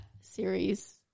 series